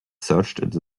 searched